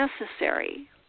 necessary